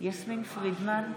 יסמין פרידמן,